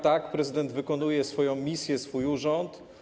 Tak, prezydent wykonuje swoją misję, swój urząd.